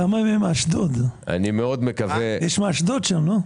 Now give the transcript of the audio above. כמה מהם מאשדוד, יש מאשדוד שם, לא?